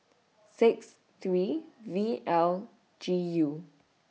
six three V L G U